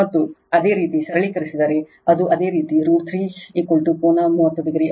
ಮತ್ತು ಅದೇ ರೀತಿ ಸರಳೀಕರಿಸಿದರೆ ಅದು ಅದೇ ರೀತಿ ರೂಟ್ 3 ಕೋನ 30 o ಆಗುತ್ತದೆ